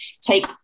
take